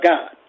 God